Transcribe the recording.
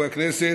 חברי הכנסת,